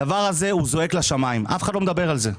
הדבר הזה זועק לשמים ואף אחד לא מדבר על זה.